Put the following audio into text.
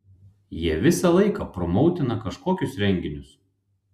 jie visą laiką promautina kažkokius renginius